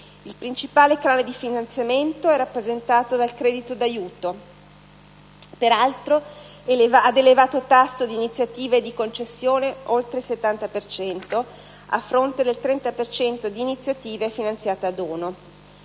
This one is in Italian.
Il principale canale di finanziamento è rappresentato dal credito d'aiuto, peraltro ad elevato tasso di iniziative di concessione (oltre il 70 per cento), a fronte del 30 per cento di iniziative finanziate a dono.